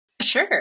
Sure